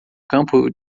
campo